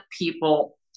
people